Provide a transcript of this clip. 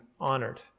honored